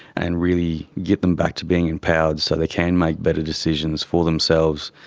and really get them back to being empowered so they can make better decisions for themselves.